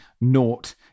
naught